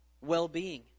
well-being